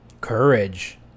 courage